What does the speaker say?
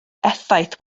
effaith